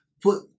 put